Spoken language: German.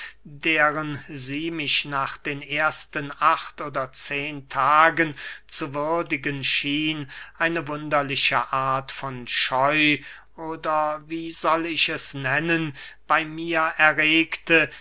deren sie mich nach den ersten acht oder zehen tagen zu würdigen schien eine wunderliche art von scheu oder wie soll ich es nennen bey mir erregte